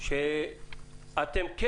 שאתם כן